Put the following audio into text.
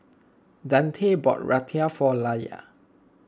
Deante bought Raita for Lella